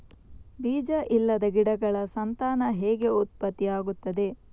ಬೀಜ ಇಲ್ಲದ ಗಿಡಗಳ ಸಂತಾನ ಹೇಗೆ ಉತ್ಪತ್ತಿ ಆಗುತ್ತದೆ?